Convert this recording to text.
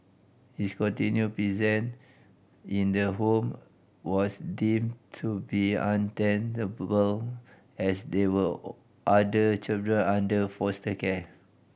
his continue present in the home was deem to be untenable as there were other children under foster care